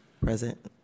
present